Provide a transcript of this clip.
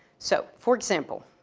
so, for example,